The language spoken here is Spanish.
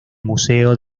museo